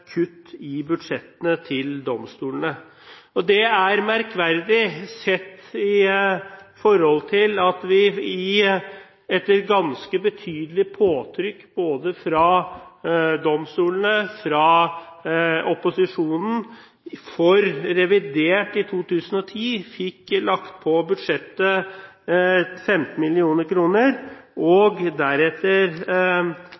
kutt i budsjettene til domstolene. Det er merkverdig sett i forhold til at vi etter ganske betydelig påtrykk både fra domstolene og fra opposisjon i revidert for 2010 fikk lagt 15 mill. kr på budsjettet,